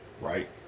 Right